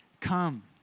Come